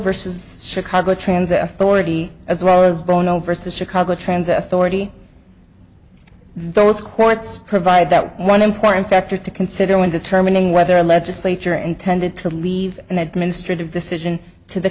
versus chicago transit authority as well as bono versus chicago transit authority those courts provide that one important factor to consider when determining whether a legislature intended to leave and then administrative decision to the